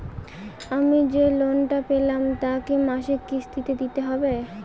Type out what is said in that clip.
আমি যে লোন টা পেলাম তা কি মাসিক কিস্তি তে দিতে হবে?